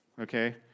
okay